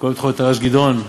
שקוראים לו תר"ש גדעון.